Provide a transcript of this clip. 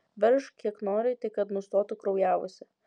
veržk kiek nori tik kad nustotų kraujavusi